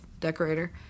Decorator